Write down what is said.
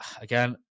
again